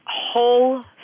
whole